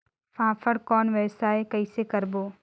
फाफण कौन व्यवसाय कइसे करबो?